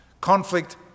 conflict